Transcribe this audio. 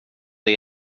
det